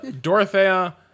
Dorothea